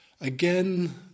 again